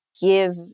give